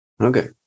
Okay